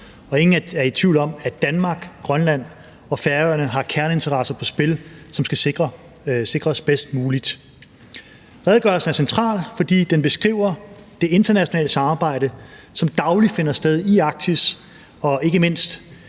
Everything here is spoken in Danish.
Ingen er i tvivl om, at Danmark, Grønland og Færøerne har kerneinteresser på spil, som skal sikres bedst muligt. Redegørelsen er central, fordi den beskriver det internationale samarbejde, som dagligt finder sted i Arktis, og ikke mindst